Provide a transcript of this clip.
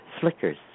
flickers